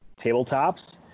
tabletops